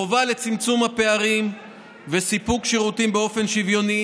החובה לצמצום הפערים ולאספקת שירותים באופן שוויוני